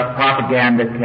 propaganda